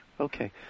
Okay